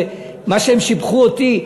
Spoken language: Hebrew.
מה שהם שיבחו אותי,